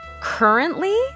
Currently